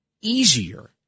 easier